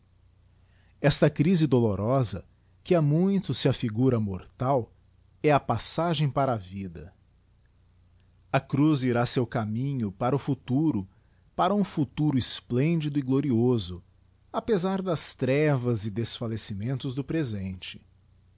esta crise dolorosa que a muitos se aflsgura mortal é a passagem para a vida i a cruz irá seu caminho para o futuro para um futuro esplendido e glorioso apezar das trevas e desfallecimentos do presente